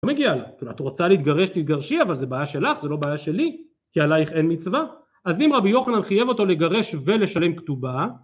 לא מגיעה לה. את רוצה להתגרש, תתגרשי. אבל זה בעיה שלך, זה לא בעיה שלי, כי עלייך אין מצווה. אז אם רבי יוחנן חייב אותו לגרש ולשלם כתובה